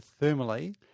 thermally